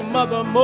Mother